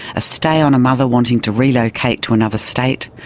a stay on a mother wanting to relocate to another state,